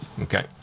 okay